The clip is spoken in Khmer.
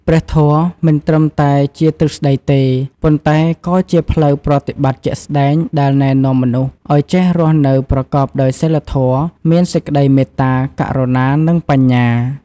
ព្រះធម៌មិនត្រឹមតែជាទ្រឹស្តីទេ ប៉ុន្តែក៏ជាផ្លូវប្រតិបត្តិជាក់ស្តែងដែលណែនាំមនុស្សឱ្យចេះរស់នៅប្រកបដោយសីលធម៌ មានសេចក្តីមេត្តា ករុណា និងបញ្ញា។